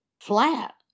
flat